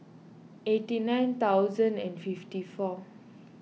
eighty nine thousand and fifty four